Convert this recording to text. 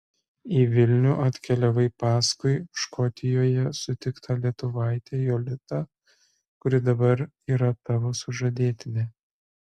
į vilnių atkeliavai paskui škotijoje sutiktą lietuvaitę jolitą kuri dabar yra tavo sužadėtinė